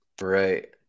Right